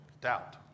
doubt